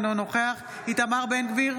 אינו נוכח איתמר בן גביר,